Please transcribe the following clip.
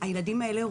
הילדים האלה,